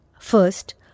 First